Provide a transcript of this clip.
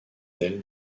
d’elles